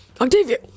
Octavia